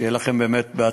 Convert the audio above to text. שיהיה לכם בהצלחה.